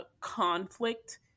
conflict